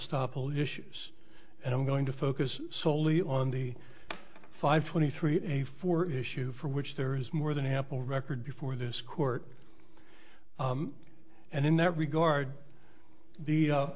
stoppel issues and i'm going to focus solely on the five twenty three a four issue for which there is more than ample record before this court and in that regard the